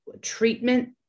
treatment